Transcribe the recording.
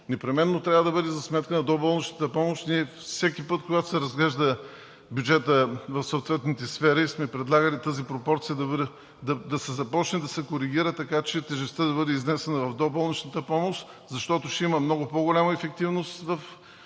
непременно трябва да бъде за сметка на доболничната помощ. Всеки път, когато се разглежда бюджетът, както и съответните сфери, ние сме предлагали тази пропорция да започне да се коригира, така че тежестта да бъде изнесена в доболничната помощ, защото ще има много по-голяма ефективност